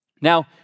Now